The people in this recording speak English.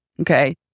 Okay